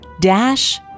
dash